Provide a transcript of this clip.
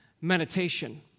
meditation